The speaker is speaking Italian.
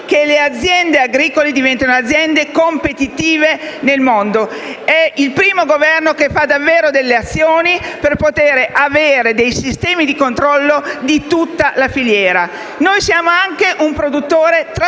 che le aziende agricole diventino competitive nel mondo. È il primo Governo che assume davvero delle iniziative per avere dei sistemi di controllo di tutta la filiera. Noi siamo anche un produttore trasformatore